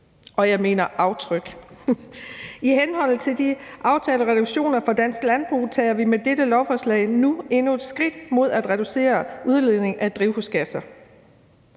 vores klimaaftryk. I henhold til de aftalte reduktioner fra dansk landbrug tager vi med dette lovforslag nu endnu et skridt mod at reducere udledningen af drivhusgasser.